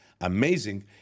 amazing